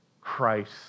Christ